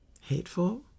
hateful